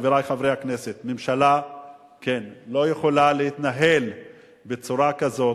חברי חברי הכנסת: ממשלה לא יכולה להתנהל בצורה כזאת,